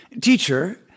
Teacher